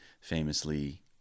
famously